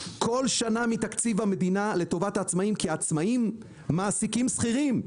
כל שנה מתקציב המדינה לטובת העצמאיים כי עצמאיים מעסיקים שכירים.